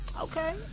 okay